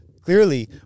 Clearly